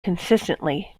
consistently